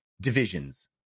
divisions